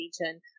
region